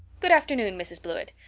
good afternoon, mrs. blewett.